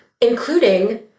including